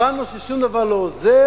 הבנו ששום דבר לא עוזר.